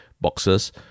boxes